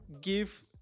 give